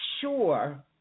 sure